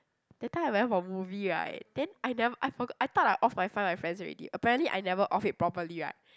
that time I went for movie right then I never I forgot I thought I off Find My Friends already apparently I never off it properly right